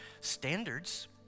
standards